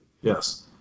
Yes